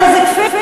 על איזה קפיץ?